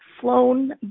flown